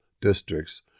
districts